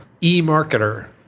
eMarketer